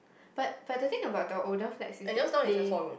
but but the thing about the older flats is that they